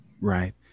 Right